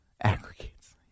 Aggregates